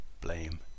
blame